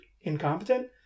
incompetent